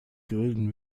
grillen